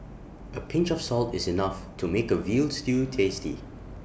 A pinch of salt is enough to make A Veal Stew tasty